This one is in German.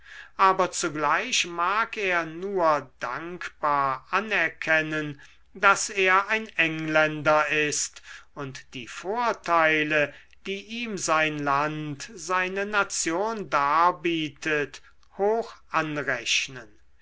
aber zugleich mag er nur dankbar anerkennen daß er ein engländer ist und die vorteile die ihm sein land seine nation darbietet hoch anrechnen